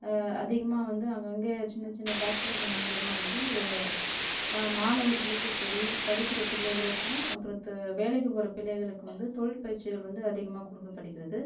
அதிகமாக வந்து அங்கங்கே சின்ன சின்ன ஃபேக்டரிகள் மூலயமா வந்து மாணவர்களுக்கும் சரி படிக்கிற பிள்ளைகளுக்கும் அப்புறம் தொ வேலைக்கு போகிற பிள்ளைகளுக்கும் வந்து தொழில் பயிற்சிகள் வந்து அதிகமாக கொடுக்கப்படுகிறது